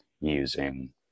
using